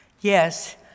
Yes